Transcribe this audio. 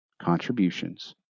contributions